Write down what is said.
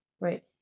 right